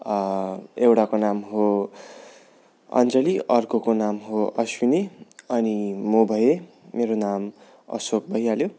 एउटाको नाम हो अन्जलि अर्कोको नाम हो अस्विनी अनि मो भए मेरो नाम असोक भइहाल्यो